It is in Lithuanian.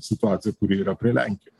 situaciją kuri yra prie lenkijo